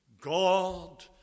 God